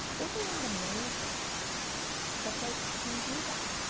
isn't that amazing that they can do that?